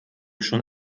schon